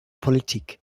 politik